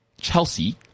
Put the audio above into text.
Chelsea